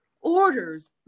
orders